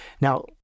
Now